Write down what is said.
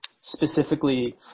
specifically